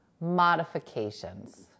modifications